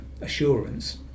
assurance